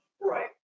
Right